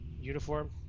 uniform